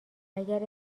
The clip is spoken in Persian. اگر